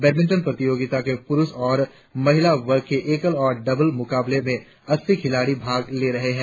badminton प्रतियोगिता के पुरुष और महिला वर्ग के एकल और डबल मुकाबले में अस्सी खिलाड़ी भाग ले रहे है